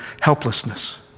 helplessness